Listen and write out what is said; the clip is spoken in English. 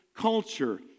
culture